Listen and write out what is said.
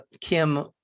Kim